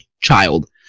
child